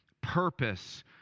purpose